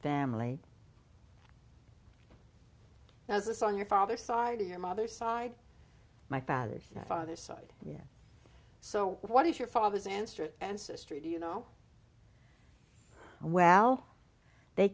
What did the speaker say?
family as is on your father's side of your mother's side my father's father's side yes so what does your father's answer ancestry do you know well they